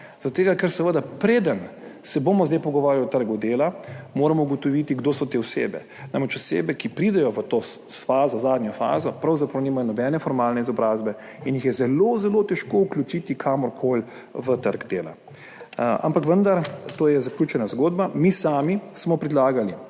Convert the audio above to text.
tega, ker moramo, preden se bomo zdaj pogovarjali o trgu dela, seveda ugotoviti, kdo so te osebe, namreč osebe, ki pridejo v to fazo, zadnjo fazo, pravzaprav nimajo nobene formalne izobrazbe in jih je zelo, zelo težko vključiti kamorkoli na trg dela, ampak vendar, to je zaključena zgodba. Mi smo konkretno predlagali,